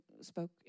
spoke